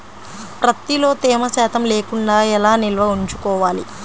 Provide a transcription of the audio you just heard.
ప్రత్తిలో తేమ శాతం లేకుండా ఎలా నిల్వ ఉంచుకోవాలి?